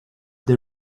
they